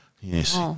Yes